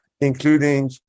including